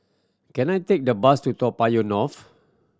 can I take the bus to Toa Payoh North